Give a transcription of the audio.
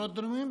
עשרות דונמים,